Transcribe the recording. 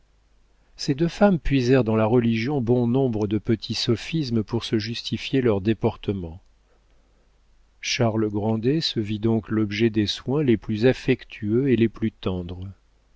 ces deux femmes puisèrent dans la religion bon nombre de petits sophismes pour se justifier leurs déportements charles grandet se vit donc l'objet des soins les plus affectueux et les plus tendres